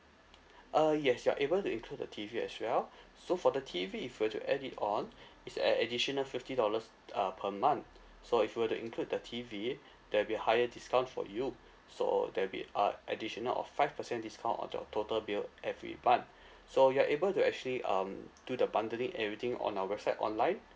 uh yes you are able to include the T_V as well so for the T_V if you were to add it on it's an additional fifty dollars uh per month so if you were to include the T_V there'll be a higher discount for you so there'll be uh additional of five percent discount on your total bill every month so you are able to actually um do the bundling everything on our website online